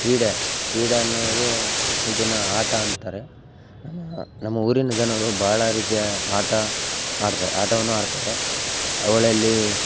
ಕ್ರೀಡೆ ಕ್ರೀಡೆ ಅನ್ನೋದು ಇದನ್ನು ಆಟ ಅಂತಾರೆ ನಮ್ಮ ಊರಿನ ಜನರು ಬಹಳ ರೀತಿಯ ಆಟ ಆಡ್ತಾ ಆಟವನ್ನು ಆಡ್ತಾರೆ ಅವುಗಳಲ್ಲೀ